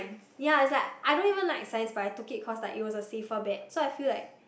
ya is like I don't even like science but I took it cause like it was a safer bet so I feel like